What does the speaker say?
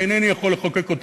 שאינני יכול לחוקק,